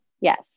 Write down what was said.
Yes